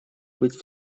быть